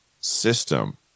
system